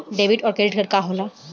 Debit और credit card का होला?